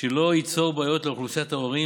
שלא ייצור בעיות לאוכלוסיית ההורים